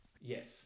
Yes